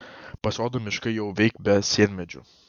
pasirodo miškai jau veik be sienmedžių